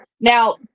now